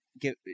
Give